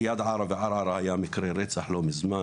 ליד ערה וערערה קרה מקרה רצח לא מזמן,